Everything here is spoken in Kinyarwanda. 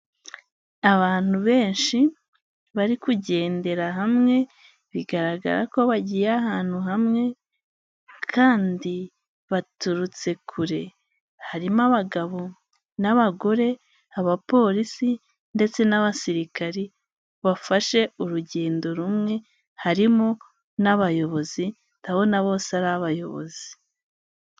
Abantu benshi bari kugendera hamwe, bigaragara ko bagiye ahantu hamwe kandi baturutse kure, harimo abagabo n'abagore, abapolisi ndetse n'abasirikari, bafashe urugendo rumwe, harimo n'abayobozi, ndabona bose ari abayobozi.